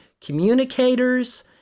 communicators